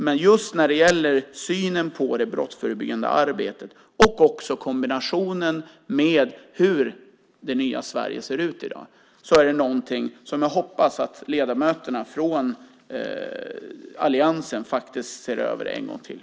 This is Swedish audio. Men just synen på det brottsförebyggande arbetet, i kombination med hur det nya Sverige ser ut i dag, hoppas jag att ledamöterna från alliansen ser över en gång till.